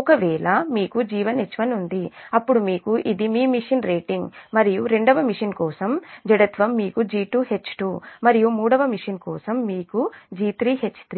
ఒకవేళ మీకు G1 H1 ఉంది అప్పుడు మీకు ఇది మీ మెషిన్ రేటింగ్ మరియు రెండవ మెషీన్ కోసం జడత్వం మీకు G2 H2 మరియు మూడవ మెషీన్ కోసం మీకు G3 H3